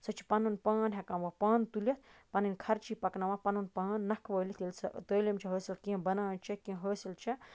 سۄ چھےٚ پَنُن پان ہٮ۪کان وونۍ پانہٕ تُلِتھ پَنٕنۍ خرچہٕ پَکناوان پَنُن پان نَکھٕ وٲلِتھ ییٚلہِ سۄ تعیٖلم چھےٚ حٲصِل کینہہ بَنان چھےٚ کیٚنہہ حٲصِل چھےٚ